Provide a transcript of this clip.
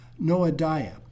Noadiah